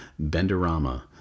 Benderama